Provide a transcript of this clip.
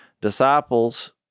disciples